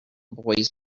boys